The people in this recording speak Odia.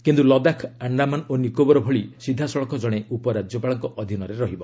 କିନ୍ତୁ ଲଦାଖ ଆଶ୍ଡାମାନ ଓ ନିକୋବର ଭଳି ସିଧାସଳଖ ଜଣେ ଉପରାଜ୍ୟପାଳଙ୍କ ଅଧୀନରେ ରହିବ